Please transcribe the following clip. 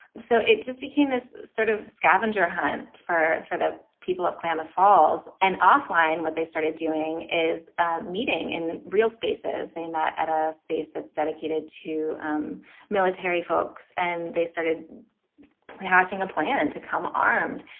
so it just became this sort of scavenger hunt for for the people of klamath falls and off-line. what they started doing is ah meeting in real spaces. they met at a space that's dedicated to um military folks and they started hatching a plan to come armed.